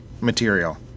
material